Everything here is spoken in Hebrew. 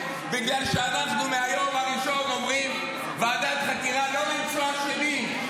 בגלל שמהיום הראשון אנחנו אומרים: ועדת חקירה לא כדי למצוא אשמים.